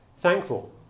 thankful